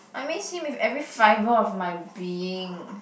I miss him with every fiber of my being